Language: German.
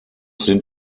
sind